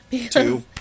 Two